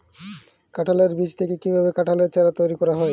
কাঁঠালের বীজ থেকে কীভাবে কাঁঠালের চারা তৈরি করা হয়?